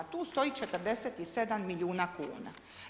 Tu stoji 47 milijuna kuna.